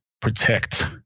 protect